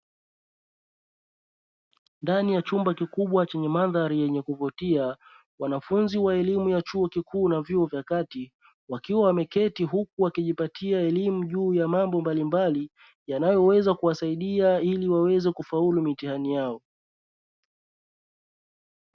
Ndani ya chumba kikuba chenye mandhari ya kuvutia, wanafunzi wa elimu ya chuo kikuu na vyuo vya kati wakiwa wameketi, huku wakijipatia elimu ya mambo mbalimbali yanayoweza kuwasaidia, ili waweze kufaulu mitihani yao.